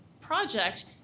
project